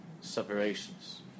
separations